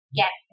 get